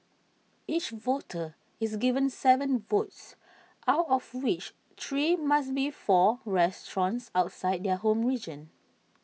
each voter is given Seven votes out of which three must be for restaurants outside their home region